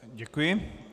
Děkuji.